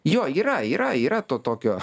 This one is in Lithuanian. jo yra yra yra to tokio